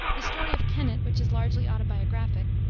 the story of kennett, which is largely autobiographic,